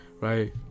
right